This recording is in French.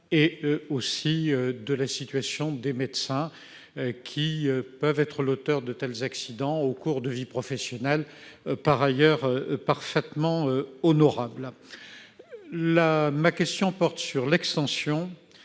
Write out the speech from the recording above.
aussi sur celle des médecins qui peuvent être les auteurs de tels accidents au cours de vies professionnelles, par ailleurs, parfaitement honorables. Ma question porte sur l'extension